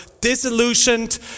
disillusioned